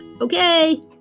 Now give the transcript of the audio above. okay